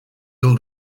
yıl